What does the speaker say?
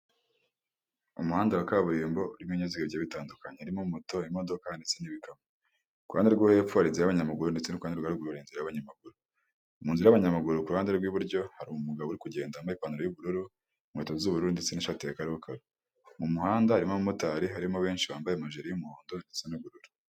Umuhanda wa kaburimbo n'ibinyabiziga bitandukanye harimo moto, imodoka, ndetse n'ibikamyo. Ku ruhande rwo hepfo hari inzira y'abanyamaguru ndetse no kuruhande rwa ruguru hari inzira y'abanyamaguru. Mu nzira y'abanyamaguru kuruhande rw'iburyo hari umugabo uri kugendambaye ipantaro y'ubururu inkweto z'ubururu ndetse n'ishati ya karo karo, mumuhanda harimo abamotari harimo benshi bambaye amajiri y'umuhondo ndetse n'ubururu.